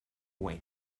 bueno